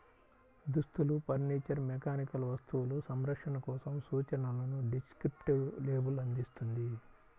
దుస్తులు, furniture, mechanical వస్తువులు, సంరక్షణ కోసం సూచనలను డిస్క్రిప్టివ్ లేబుల్ అందిస్తుంది